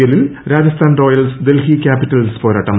എല്ലിൽ Rajasthan Royals Delhi Capitals പോരാട്ടം